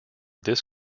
this